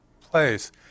place